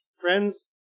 Friends